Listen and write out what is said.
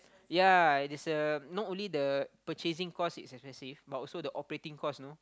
yea it is a not only the purchasing cost is expensive but also the operating cost you know